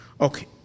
Okay